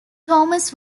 thomas